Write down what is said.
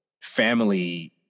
family